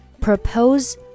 propose